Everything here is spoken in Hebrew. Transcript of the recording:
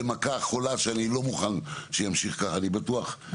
זו מכה חולה שאני לא מוכן שזה ימשיך כך, אדוני.